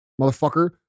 Motherfucker